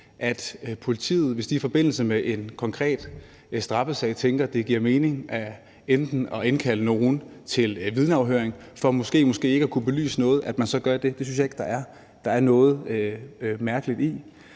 at politiet, hvis de i forbindelse med en konkret straffesag tænker, at det giver mening at indkalde nogen til vidneafhøring, som måske eller måske ikke kunne belyse noget, så gør det. Det synes jeg ikke der er noget mærkeligt i.